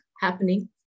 happening